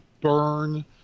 burn